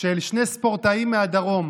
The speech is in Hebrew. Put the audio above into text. של שני ספורטאים מהדרום